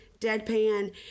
deadpan